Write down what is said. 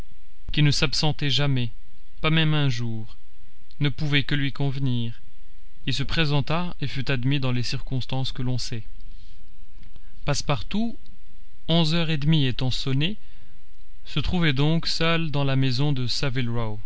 qui ne s'absentait jamais pas même un jour ne pouvait que lui convenir il se présenta et fut admis dans les circonstances que l'on sait passepartout onze heures et demie étant sonnées se trouvait donc seul dans la maison de